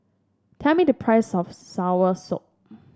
tell me the price of soursop